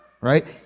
Right